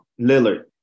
Lillard